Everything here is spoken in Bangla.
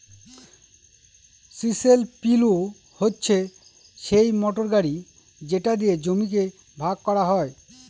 চিসেল পিলও হচ্ছে সিই মোটর গাড়ি যেটা দিয়ে জমিকে ভাগ করা হয়